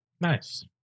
Nice